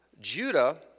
Judah